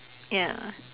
ya